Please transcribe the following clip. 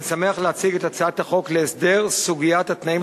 אני שמח להציג את הצעת החוק להסדר סוגיית התנאים,